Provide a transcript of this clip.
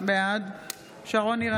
בעד שרון ניר,